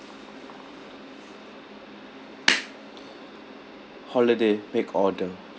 holiday make order